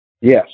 Yes